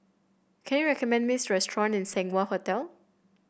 can you recommend me restaurant near Seng Wah Hotel